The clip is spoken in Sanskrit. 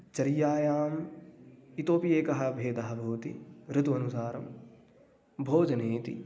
चर्यायाम् इतोपि एकः भेदः भवति ऋतु अनुसारं भोजने इति